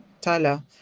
tyler